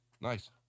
Nice